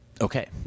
Okay